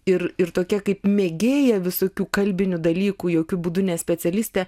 ir ir tokie kaip mėgėja visokių kalbinių dalykų jokiu būdu ne specialistė